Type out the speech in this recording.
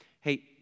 Hey